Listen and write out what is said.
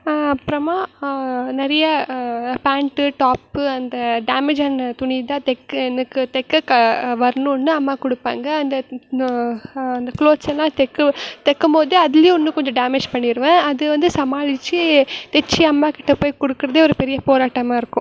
அப்புறமா நிறையா pant top அந்த டேமேஜான துணி தான் தைக்க எனக்கு தைக்க க வரணும்னு அம்மா கொடுப்பாங்க அந்த அந்த க்ளோத்ஸ் எல்லாம் தைக்க தைக்கும் போது அதுலேயும் இன்னும் கொஞ்சம் டேமேஜ் பண்ணிடுவேன் அது வந்து சமாளித்து தைச்சி அம்மாக்கிட்ட போய் கொடுக்குறதே ஒரு பெரிய போராட்டமா இருக்கும்